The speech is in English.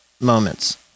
moments